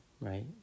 right